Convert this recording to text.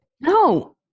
No